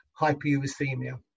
hyperuricemia